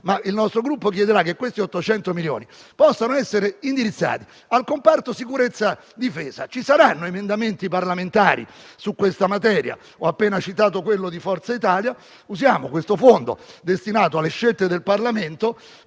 Il nostro Gruppo chiederà, però, che quegli 800 milioni possano essere indirizzati al comparto sicurezza e difesa: ci saranno emendamenti parlamentari in materia, e ho appena citato quello di Forza Italia; usiamo il fondo destinato alle scelte del Parlamento